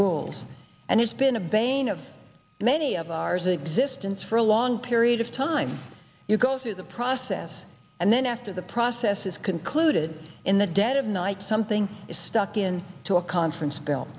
rules and it's been a bang of many of ours existence for a long period of time you go through the process and then after the process is concluded in the dead of night something is stuck in to a conference bil